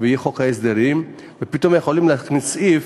ויהיה חוק ההסדרים ופתאום יכולים להכניס סעיף,